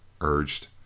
urged